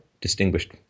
Distinguished